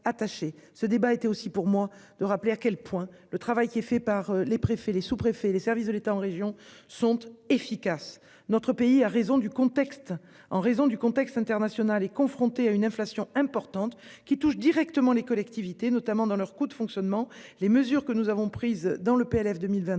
Ce débat était aussi pour moi de rappeler à quel point le travail qui est fait par les préfets, les sous-préfets les services de l'État en régions sont efficaces. Notre pays a raison du contexte en raison du contexte international est confronté à une inflation importante qui touchent directement les collectivités notamment dans leurs coûts de fonctionnement. Les mesures que nous avons prises dans le PLF 2023